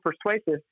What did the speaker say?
persuasive